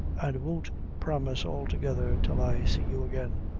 and won't promise altogether till i see you again.